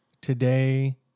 today